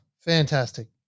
fantastic